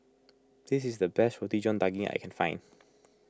this is the best Roti John Daging I can find